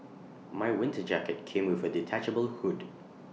my winter jacket came with A detachable hood